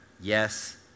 yes